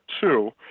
two